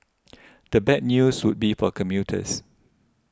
the bad news would be for commuters